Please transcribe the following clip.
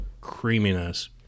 creaminess